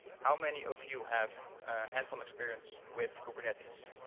how many of you have hands-on experience with kubernetes?